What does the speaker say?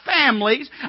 families